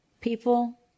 people